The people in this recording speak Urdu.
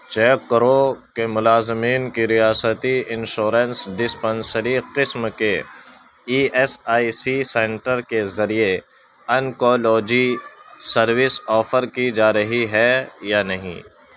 چیک کرو کہ ملازمین کی ریاستی انشورنس ڈسپنسری قسم کے E S I C centre کے ذریعے انکولوجی سروس آفر کی جا رہی ہے یا نہیں